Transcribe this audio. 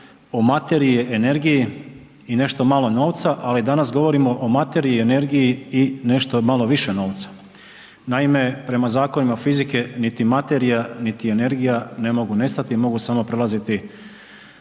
o materiji, energiji i nešto malo novca, ali danas govorimo o materiji, energiji i nešto malo više novca. Naime, prema zakonima fizike niti materija, niti energija ne mogu nestati, mogu samo prelaziti